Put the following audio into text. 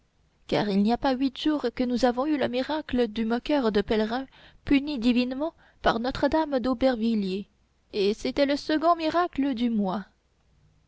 car il n'y a pas huit jours que nous avons eu le miracle du moqueur de pèlerins puni divinement par notre-dame d'aubervilliers et c'était le second miracle du mois